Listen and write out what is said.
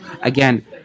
again